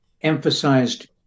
emphasized